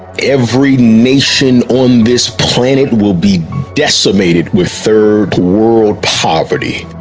every nation on this planet will be decimated with third world poverty.